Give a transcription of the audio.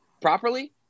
properly